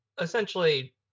essentially